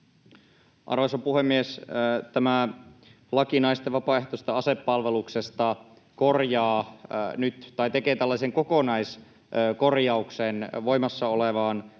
Arvoisa puhemies! Tämä laki naisten vapaaehtoisesta asepalveluksesta tekee tällaisen kokonaiskorjauksen voimassa olevaan